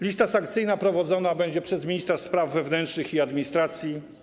Lista sankcyjna prowadzona będzie przez ministra spraw wewnętrznych i administracji.